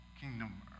kingdom